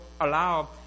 allow